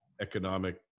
economic